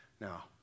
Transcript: Now